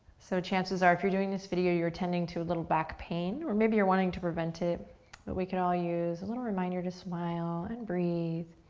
so chances are if you're doing this video, you're tending to a little back pain or maybe you're wanting to prevent it, but we could all use a little reminder to smile and breathe.